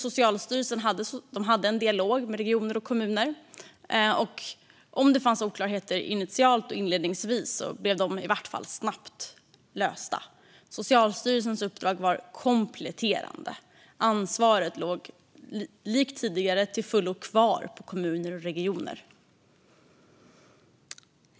Socialstyrelsen hade en dialog med regioner och kommuner, och om det fanns oklarheter inledningsvis blev de snabbt lösta. Socialstyrelsens uppdrag var kompletterande; ansvaret låg likt tidigare till fullo kvar på regioner och kommuner.